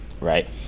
right